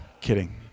Kidding